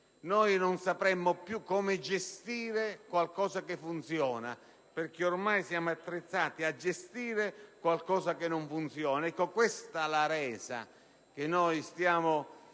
non sapremmo più come gestire qualcosa che funziona, perché ormai siamo attrezzati a gestire qualcosa che non funziona. Questa è la resa che stiamo